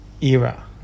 era